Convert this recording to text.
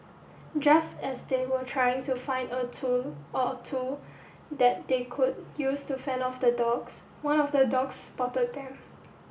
just as they were trying to find a tool or two that they could use to fend off the dogs one of the dogs spotted them